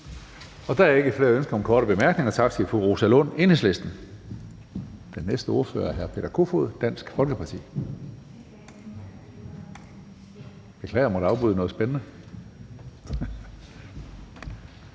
Der er ikke flere ønsker om korte bemærkninger. Tak til fru Rosa Lund, Enhedslisten. Den næste ordfører er hr. Peter Kofod, Dansk Folkeparti. Velkommen. Kl.